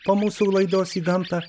po mūsų laidos į gamtą